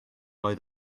oedd